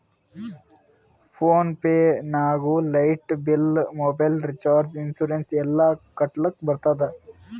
phone pay ನಾಗ್ light bill, mobile recharge, insurance ಎಲ್ಲಾ ಕಟ್ಟಲಕ್ ಬರ್ತುದ್